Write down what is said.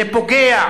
זה פוגע,